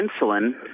insulin